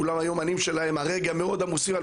כולם היומנים שלהם הרגע מאוד עמוסים,